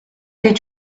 did